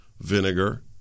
vinegar